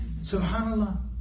SubhanAllah